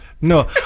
No